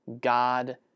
God